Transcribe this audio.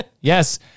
yes